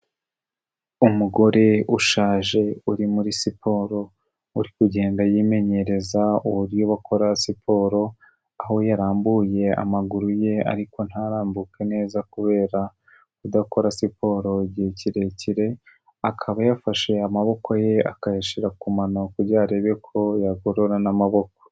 Umugore ushaje uri muri siporo, uri kugenda yimenyereza uburyo bakora siporo, aho yarambuye amaguru ye ariko ntarambuke neza kubera kudakora siporo igihe kirekire, akaba yafashe amaboko ye akayashyira ku mano kugira ngo arebe ko yagorora na n'amaboko.